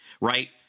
Right